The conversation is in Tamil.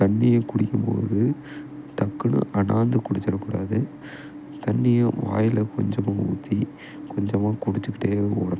தண்ணியை குடிக்கும் போது டக்குன்னு அன்னாந்து குடிச்சிவிட கூடாது தண்ணியை வாயில் கொஞ்சமாக ஊற்றி கொஞ்சமாக குடிச்சிக்கிட்டே ஓடணும்